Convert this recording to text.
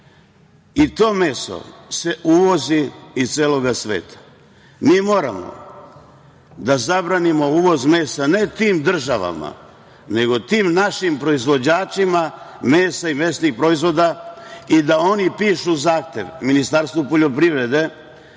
I to meso se uvozi iz celog sveta. Mi moramo da zabranimo uvoz mesa ne tim državama, nego tim našim proizvođačima mesa i mesnih proizvoda i da oni pišu zahtev Ministarstvu poljoprivrede